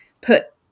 put